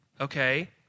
Okay